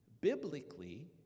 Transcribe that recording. biblically